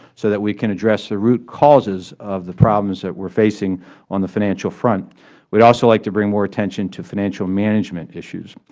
so that we can address the root causes of the problems that we are facing on the financial front. we would also like to bring more attention to financial management issues.